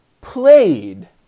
played